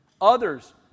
Others